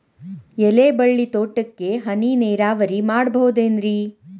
ಎಲೆಬಳ್ಳಿ ತೋಟಕ್ಕೆ ಹನಿ ನೇರಾವರಿ ಮಾಡಬಹುದೇನ್ ರಿ?